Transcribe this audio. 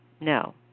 No